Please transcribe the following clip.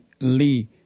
Lee